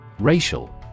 Racial